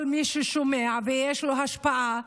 כל מי ששומע ויש לו השפעה,